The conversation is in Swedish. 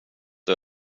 det